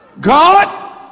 God